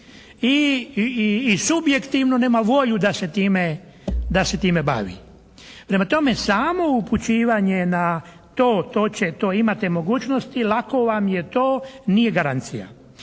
i subjektivno nema volju da se time bavi. Prema tome, samo upućivanje na to, to će, to imate mogućnosti, lako vam je to, nije garancija.